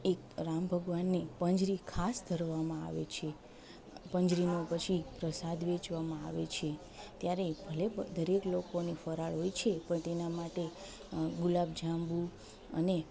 એક રામ ભગવાનની પંજરી ખાસ ધરવામાં આવે છે પંજરીનો પછી પ્રસાદ વેચવામાં આવે છે ત્યારે ભલે દરેક લોકોની ફરાળ હોય છે પણ તેના માટે ગુલાબ જાંબુ અને